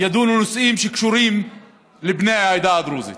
ידונו בנושאים שקשורים בבני העדה הדרוזית,